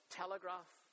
telegraph